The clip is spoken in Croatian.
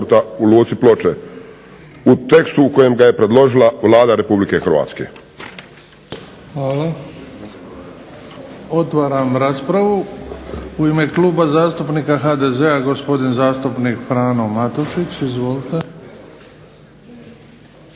Hvala. Otvaram raspravu. U ime Kluba zastupnika HDZ-a gospodin zastupnik Frano Matušić, izvolite.